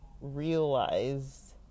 realized